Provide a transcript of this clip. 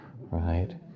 right